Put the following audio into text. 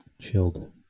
chilled